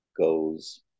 goes